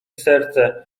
serce